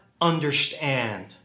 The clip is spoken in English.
understand